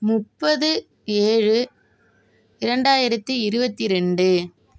முப்பது ஏழு இரண்டாயிரத்து இருபத்தி ரெண்டு